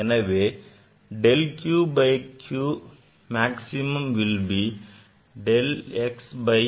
எனவே del q by q maximum will be del x by x plus del y by y